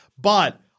But-